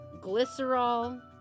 glycerol